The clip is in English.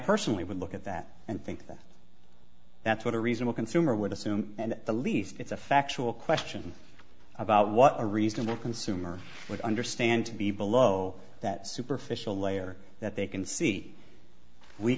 personally would look at that and think that that's what a reasonable consumer would assume and the least it's a factual question about what a reasonable consumer would understand to be below that superficial layer that they can see we